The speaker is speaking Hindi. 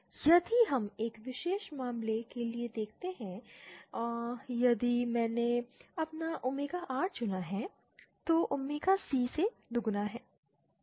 यदि हम एक विशेष मामले के लिए देखते हैं यदि मैंने अपना ओमेगा r चुना है तो ओमेगा c से दोगुना है